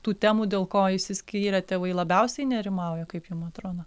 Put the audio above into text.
tų temų dėl ko išsiskyrę tėvai labiausiai nerimauja kaip jum atrodo